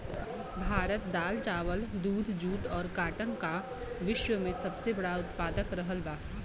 भारत दाल चावल दूध जूट और काटन का विश्व में सबसे बड़ा उतपादक रहल बा